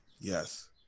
Yes